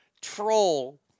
troll